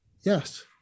Yes